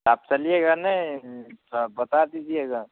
आप चलिएगा नहीं थोड़ा बता दीजिएगा